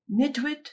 Nitwit